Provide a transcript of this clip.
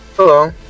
Hello